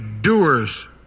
doers